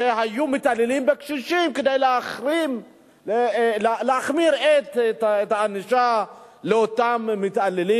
כדי להחמיר את הענישה של אותם מתעללים